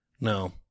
No